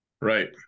Right